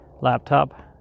laptop